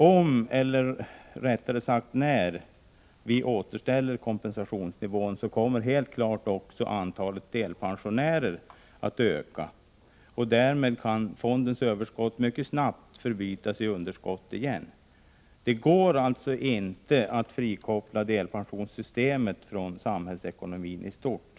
Om - eller rättare sagt när — vi återställer kompensationsnivån, kommer helt klart också antalet delpensionärer att öka. Därmed kan fondens överskott mycket snabbt förbytas i ett underskott igen. Det går alltså inte att frikoppla delpensionssystemet från samhällsekonomin i stort.